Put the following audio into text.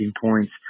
points